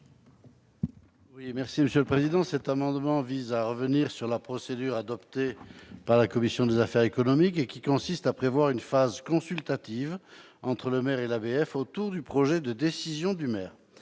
l'amendement n° 478. Cet amendement vise à revenir sur la procédure adoptée par la commission des affaires économiques, et qui consiste à prévoir une phase consultative entre le maire et l'ABF autour du projet de décision du maire.